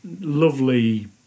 lovely